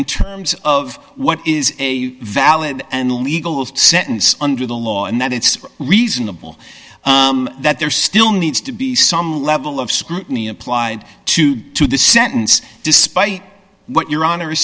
in terms of what is a valid and legal sentence under the law and that it's reasonable that there still needs to be some level of scrutiny applied to to the sentence despite what your honor is